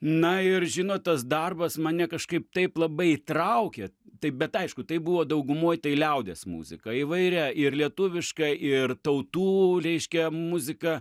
na ir žinot tas darbas mane kažkaip taip labai traukė taip bet aišku tai buvo daugumoj tai liaudies muzika įvairią ir lietuvišką ir tautų reiškia muziką